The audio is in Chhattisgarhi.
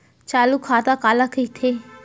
चालू खाता काला कहिथे?